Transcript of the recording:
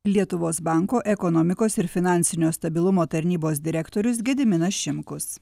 lietuvos banko ekonomikos ir finansinio stabilumo tarnybos direktorius gediminas šimkus